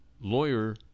lawyer